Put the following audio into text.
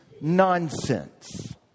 nonsense